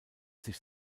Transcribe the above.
sich